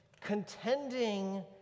contending